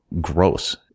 gross